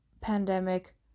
pandemic